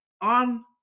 on